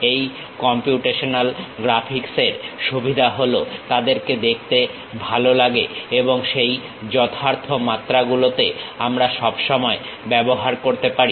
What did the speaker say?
এই computational graphics এর সুবিধা হল তাদেরকে দেখতে ভালো লাগে এবং সেই যথার্থ মাত্রা গুলোতে আমরা সব সময় ব্যবহার করতে পারি